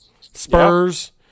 Spurs